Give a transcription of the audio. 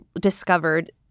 discovered